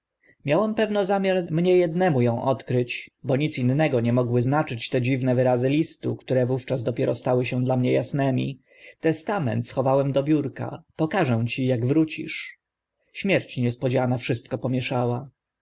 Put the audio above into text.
na pewno zamiar mnie ednemu ą odkryć bo nic innego nie mogły znaczyć te dziwne wyrazy listu które wówczas dopiero stały się dla mnie asnymi testament schowałem do biurka pokażę ci jak wrócisz śmierć niespodziana wszystko pomieszała